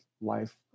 life